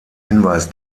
hinweis